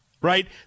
right